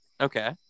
Okay